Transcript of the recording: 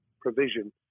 provision